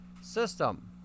system